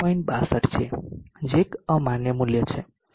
62 છે જે એક અમાન્ય મૂલ્ય છે